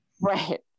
right